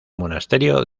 monasterio